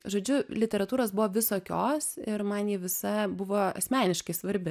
žodžiu literatūros buvo visokios ir man ji visa buvo asmeniškai svarbi